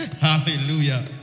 Hallelujah